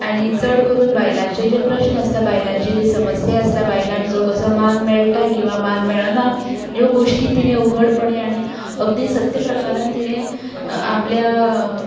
आणी चड करून बायलांचे जे प्रस्न आसता बायलांचे जे समस्या आसता बायलांक जो कसो मान मेळटा किंवा मान मेळना ह्यो गोश्टी तिणें उघडपणें आनी अगदी सत्य प्रकारान तिणें आपल्या